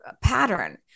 pattern